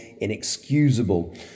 inexcusable